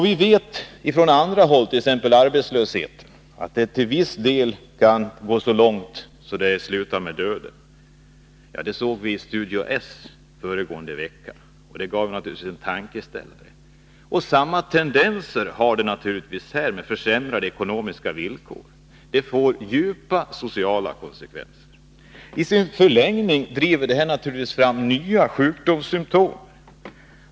Vi vet från andra områden, t.ex. när det gäller arbetslösheten, att det ibland kan gå så långt att det slutar med döden. Det såg vi i Studio S "öregående vecka, och det gav naturligtvis en tankeställare. Samma tendenser finns naturligtvis här med försämrade ekonomiska villkor. Det får djupa sociala konsekvenser. I sin förlängning driver det här naturligtvis fram nya sjukdomssymptom.